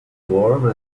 warm